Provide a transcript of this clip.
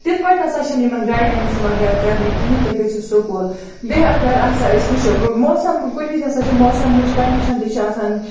تِتھ پٲٹھۍ نہ سا چھِنہٕ یِمَن گایڈٮ۪نٕس گَرِ کرنہٕ کِہیٖنۍ تُہۍ گٔژھِو سُکوٗل بیٚیہِ اگر ہسا أسۍ وٕچھو موسَم کُنہِ وِزِ ہسا چھِ موسَمٕچ کَنٛڈِشَن تہِ چھِ آسان